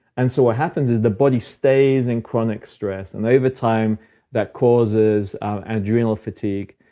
and so what happens is the body stays in chronic stress. and over time that causes adrenal fatigue.